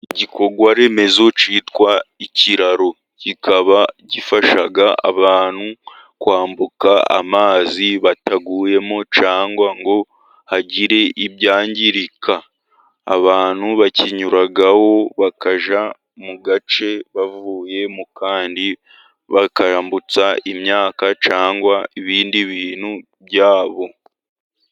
Igikorwaremezo cyitwa ikiraro. Kikaba gifasha abantu kwambuka amazi bataguyemo, cyangwa ngo hagire ibyangirika. Abantu bakinyuraho bakajya mu gace bavuye mu kandi, bakambutsa imyaka cyangwa ibindi bintu byabo.